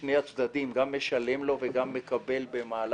משני הצדדים גם משלם לו וגם מקבל ממנו.